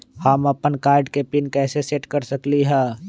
हम अपन कार्ड के पिन कैसे सेट कर सकली ह?